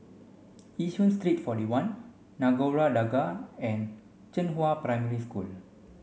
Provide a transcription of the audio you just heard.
Yishun Street forty one Nagore Dargah and Zhenghua Primary School